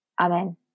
Amen